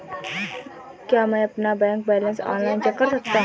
क्या मैं अपना बैंक बैलेंस ऑनलाइन चेक कर सकता हूँ?